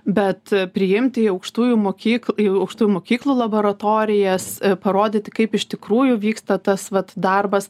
bet priimti į aukštųjų mokykl aukštųjų mokyklų laboratorijas parodyti kaip iš tikrųjų vyksta tas vat darbas